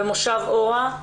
במושב אורה,